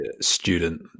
student